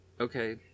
Okay